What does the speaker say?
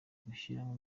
gushyiramo